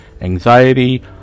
anxiety